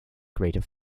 greater